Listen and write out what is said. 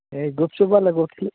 ଏଇ ଗୁପ୍ଚୁପ୍ ବାଲା କହୁଥିଲେ